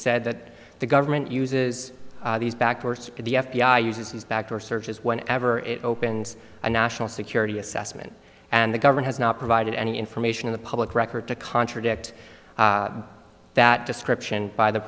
said that the government uses these backwards the f b i uses its back door searches when ever it opens a national security assessment and the government has not provided any information in the public record to contradict that description by the